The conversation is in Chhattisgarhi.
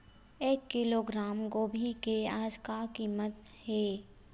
एक किलोग्राम गोभी के आज का कीमत हे?